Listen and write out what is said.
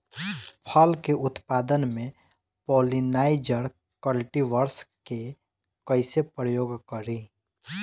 फल के उत्पादन मे पॉलिनाइजर कल्टीवर्स के कइसे प्रयोग करी?